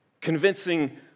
Convincing